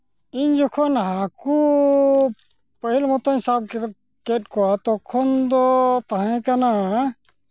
ᱤᱧ ᱡᱚᱠᱷᱚᱱ ᱦᱟᱹᱠᱩ ᱯᱟᱹᱦᱤᱞ ᱢᱚᱛᱚᱧ ᱥᱟᱵ ᱠᱮᱫ ᱠᱚᱣᱟ ᱛᱚᱠᱷᱚᱱ ᱫᱚ ᱛᱟᱦᱮᱸᱠᱟᱱᱟ